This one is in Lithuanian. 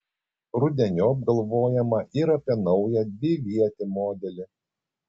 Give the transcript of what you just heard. rudeniop galvojama ir apie naują dvivietį modelį